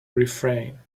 refrain